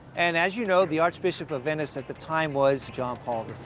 and as you know, the archbishop of venice at the time was john paul i.